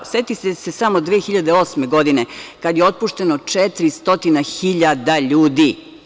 Setite se samo 2008. godine kada je otpušteno 400.000 ljudi.